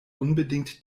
unbedingt